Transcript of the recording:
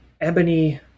Ebony